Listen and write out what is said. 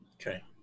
Okay